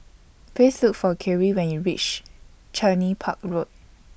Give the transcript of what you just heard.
Please Look For Khiry when YOU REACH Cluny Park Road